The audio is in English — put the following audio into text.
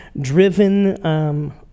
driven